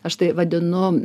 aš tai vadinu